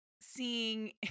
seeing